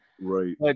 Right